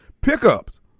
pickups